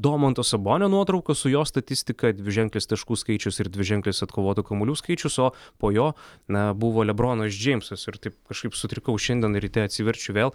domanto sabonio nuotrauka su jo statistika dviženklis taškų skaičius ir dviženklis atkovotų kamuolių skaičius o po jo na buvo lebronas džeimsas ir taip kažkaip sutrikau šiandien ryte atsiverčiu vėl